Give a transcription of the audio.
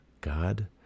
God